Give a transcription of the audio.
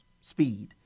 Speed